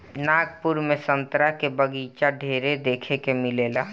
नागपुर में संतरा के बगाइचा ढेरे देखे के मिलेला